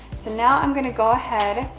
so, now, i'm gonna go ahead